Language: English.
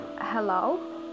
hello